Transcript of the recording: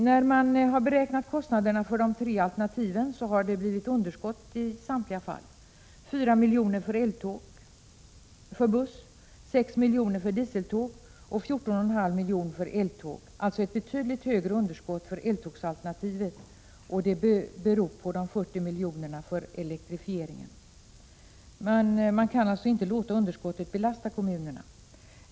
När man har beräknat kostnaderna för de tre alternativen har det blivit underskott i samtliga fall. 4 milj.kr. för buss, 6 milj.kr. för dieseltåg och 14,5 miljoner för eltåg; alltså ett betydligt högre underskott för eltågsalternativet. Det beror på de 40 miljonerna för elektrifieringen. Man kan således inte låta underskottet belasta kommunerna.